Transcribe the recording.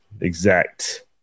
exact